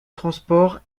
transport